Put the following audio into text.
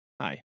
Hi